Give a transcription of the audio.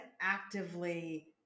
actively